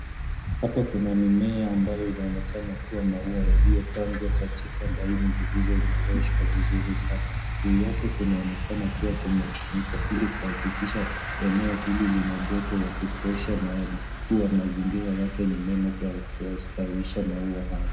Hapa kuna mimea ambayo inaonekana kuwa maua yaliyopandwa katika laini zilizonyoroshwa vizuri sana. Juu yake kunaonekana kuwa imefunikwa ili kuhakikisha eneo hili lina joto ya kutosha na kuwa mazingira yake ni mema kwa kustawisha maua haya.